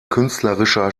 künstlerischer